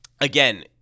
Again